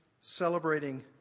celebrating